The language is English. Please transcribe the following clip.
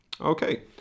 Okay